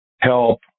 help